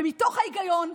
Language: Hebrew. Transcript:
ומתוך ההיגיון,